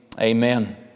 Amen